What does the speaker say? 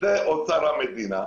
זה אוצר המדינה.